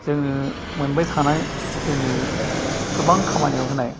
जोंनो मोनबाय थानाय जोंनो गोबां खामानियाव होनाय